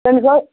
تیٚلہِ گوٚو